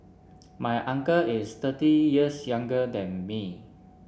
my uncle is thirty years younger than me